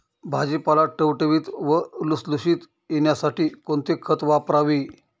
भाजीपाला टवटवीत व लुसलुशीत येण्यासाठी कोणते खत वापरावे?